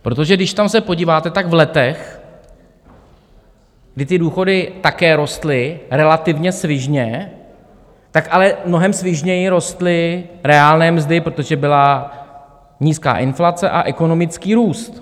Protože když tam se podíváte, tak v letech, kdy ty důchody také rostly relativně svižně, tak ale mnohem svižněji rostly reálné mzdy, protože byla nízká inflace a ekonomický růst.